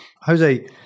Jose